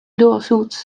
lawsuits